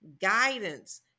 guidance